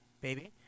baby